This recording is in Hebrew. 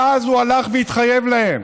ואז הוא הלך והתחייב להם.